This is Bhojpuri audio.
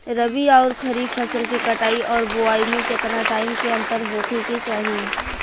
रबी आउर खरीफ फसल के कटाई और बोआई मे केतना टाइम के अंतर होखे के चाही?